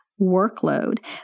workload